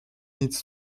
its